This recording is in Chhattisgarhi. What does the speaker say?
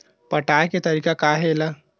पटाय के तरीका का हे एला?